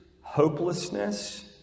hopelessness